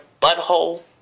butthole